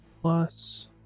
plus